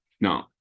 no